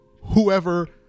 whoever